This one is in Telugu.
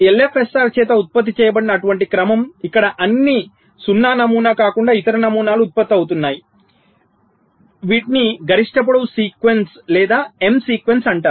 ఎల్ఎఫ్ఎస్ఆర్ చేత ఉత్పత్తి చేయబడిన అటువంటి క్రమం ఇక్కడ అన్ని 0 నమూనా కాకుండా ఇతర నమూనాలు ఉత్పత్తి అవుతున్నాయి వీటిని గరిష్ట పొడవు సీక్వెన్స్ లేదా ఎమ్ సీక్వెన్స్ అంటారు